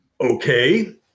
okay